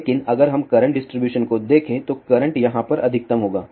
लेकिन अगर हम करंट डिस्ट्रीब्यूशन को देखें तो करंट यहाँ पर अधिकतम होगा